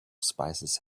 spices